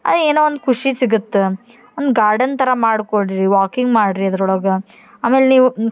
ಆ ಏನೋ ಒಂದು ಖುಷಿ ಸಿಗತ್ತೆ ಒಂದು ಗಾರ್ಡನ್ ಥರ ಮಾಡಿಕೊಳ್ರಿ ವಾಕಿಂಗ್ ಮಾಡಿರಿ ಅದ್ರೊಳಗೆ ಆಮೇಲೆ ನೀವು